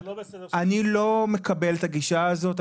אני לא מקבל את הגישה הזאת,